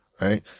right